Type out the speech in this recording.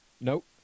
Nope